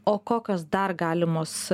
o kokios dar galimos